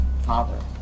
Father